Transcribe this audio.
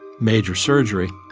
major surgery.